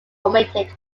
omitted